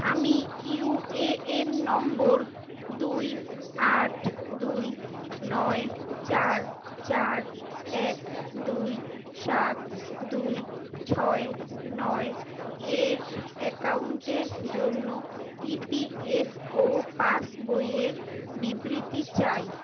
আমি ইউএএন নম্বর দুই আট দুই নয় চার চার এক দুই সাত দুই ছয় নয় এর অ্যাকাউন্টের জন্য ইপিএফও পাসবইয়ের বিবৃতি চাই